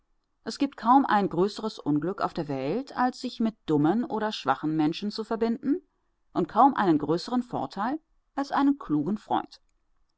es gibt kaum ein größeres unglück auf der welt als sich mit dummen oder schwachen menschen zu verbinden und kaum einen größeren vorteil als einen klugen freund